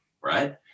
right